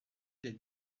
des